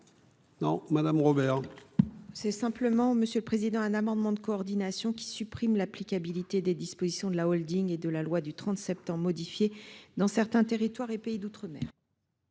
Non, madame Robert. C'est simplement, Monsieur le Président. Un amendement de coordination qui supprime l'applicabilité des dispositions de la Holding et de la loi du 30 septembre modifié dans certains territoires et pays d'outre-mer.